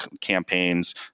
campaigns